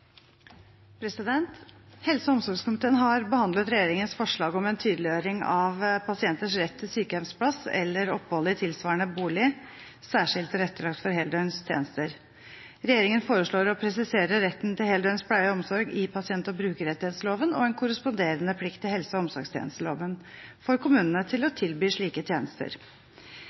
vedtatt. Helse- og omsorgskomiteen har behandlet regjeringens forslag om en tydeliggjøring av pasienters rett til sykehjemsplass eller opphold i tilsvarende bolig særskilt tilrettelagt for heldøgns tjenester. Regjeringen foreslår å presisere retten til heldøgns pleie og omsorg i pasient- og brukerrettighetsloven og en korresponderende plikt i helse- og omsorgstjenesteloven for kommunene til å tilby slike tjenester.